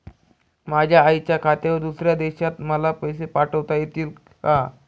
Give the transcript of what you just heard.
माझ्या आईच्या खात्यावर दुसऱ्या देशात मला पैसे पाठविता येतील का?